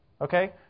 okay